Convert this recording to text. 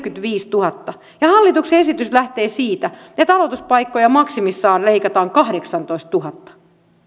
neljäkymmentäviisituhatta ja hallituksen esitys lähtee siitä että aloituspaikkoja maksimissaan leikataan kahdeksantoistatuhatta